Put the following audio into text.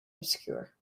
obscure